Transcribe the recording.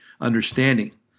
understanding